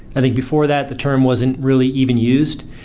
i think before that, the term wasn't really even used.